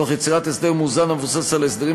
תוך יצירת הסדר מאוזן המבוסס על הסדרים